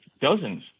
dozens